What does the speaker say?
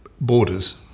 borders